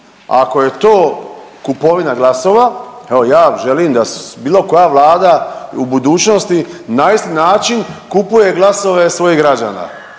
Ako je to kupovina glasova, evo ja vam želim da bilo koja Vlada u budućnosti na isti način kupuje glasove svojih građana.